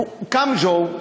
קם ג'ו,